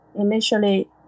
initially